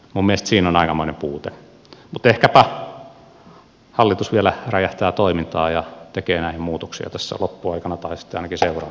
mutta ehkäpä hallitus vielä räjähtää toimintaan ja tekee näihin muutoksia tässä loppuaikana tai sitten ainakin seuraava hallitus toivottavasti